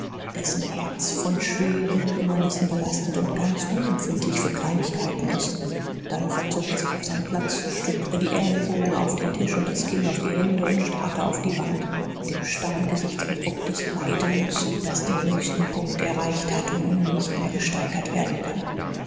dessen herz von schweren kümmernissen belastet und ganz unempfindlich für kleinigkeiten ist dann verzog er sich auf seinen platz stützte die ellbogen auf den tisch und das kinn auf die hände und starrte auf die wand mit dem starren gesichtsausdruck des leidens das den höchsten punkt erreicht hat und nun nicht mehr gesteigert werden kann